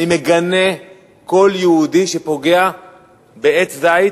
אני מגנה כל יהודי שפוגע בעץ זית